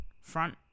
front